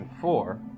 four